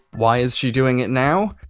why is she doing it now?